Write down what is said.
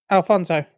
Alfonso